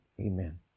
amen